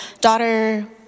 daughter